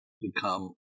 become